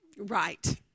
Right